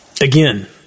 Again